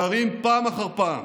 מראים פעם אחר פעם